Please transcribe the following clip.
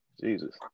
Jesus